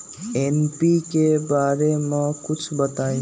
NPK बारे म कुछ बताई?